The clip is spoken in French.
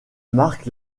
marque